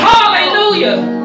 Hallelujah